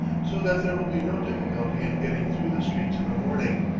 so that there will be no difficulty in getting through the streets in the morning.